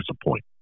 disappoint